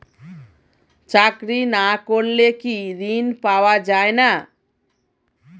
চাকরি না করলে কি ঋণ পাওয়া যায় না?